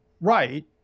right